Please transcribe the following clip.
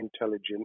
intelligent